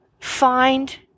Find